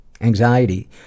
Anxiety